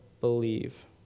believe